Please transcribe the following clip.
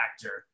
factor